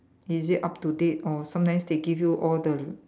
is it up to date or sometimes they give you all the